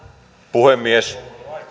puhemies täällä